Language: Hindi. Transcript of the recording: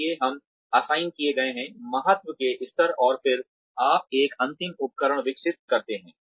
इसलिए हम असाइन किए गए महत्व के स्तर और फिर आप एक अंतिम उपकरण विकसित करते हैं